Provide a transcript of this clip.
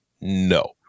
no